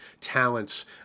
talents